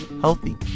healthy